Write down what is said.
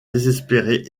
désespéré